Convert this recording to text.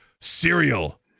cereal